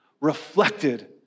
reflected